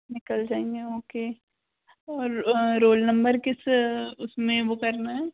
निकल जाएंगे ओके और रोल नंबर किस उस में वो करना है